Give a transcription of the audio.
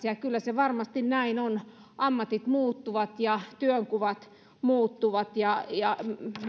ja kyllä se varmasti näin on ammatit muuttuvat työnkuvat muuttuvat ja ja